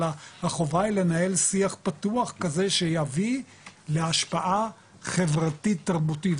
אלא החובה היא לנהל שיח פתוח כזה שיביא להשפעה חברתית תרבותית,